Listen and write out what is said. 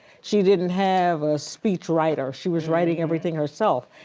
she didn't have a speech writer. she was writing everything herself.